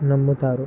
నమ్ముతారు